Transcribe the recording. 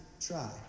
try